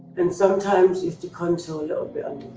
and sometimes you have to contour a little bit